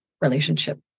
relationship